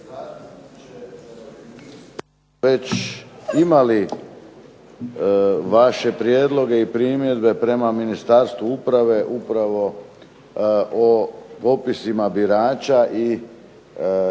već imali vaše prijedloge i primjedbe prema Ministarstvu uprave upravo o popisima birača i oznaci